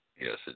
Yes